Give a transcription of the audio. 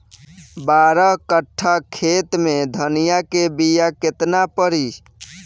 बारह कट्ठाखेत में धनिया के बीया केतना परी?